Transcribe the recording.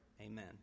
amen